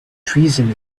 treason